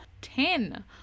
Ten